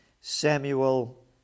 Samuel